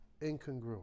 incongruent